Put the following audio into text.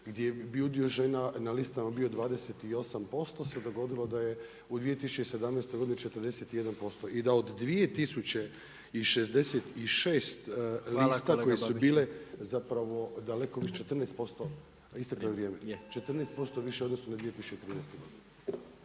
gdje je udio žena na listama bio 28% se dogodilo da je u 2017. godini 41% i da od 2066 lista koje su bile … 14%, isteklo je vrijeme … /Upadica